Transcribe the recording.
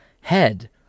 head